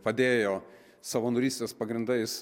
padėjo savanorystės pagrindais